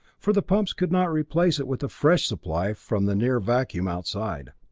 for the pumps could not replace it with a fresh supply from the near-vacuum outside.